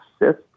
assist